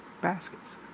baskets